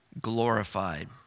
glorified